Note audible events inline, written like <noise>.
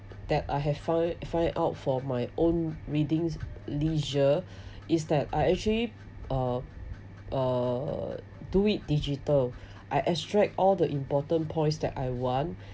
that I have find find out for my own readings leisure <breath> is that I actually uh do it digital I extract all the important points that I want